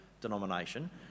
denomination